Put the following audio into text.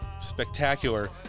Spectacular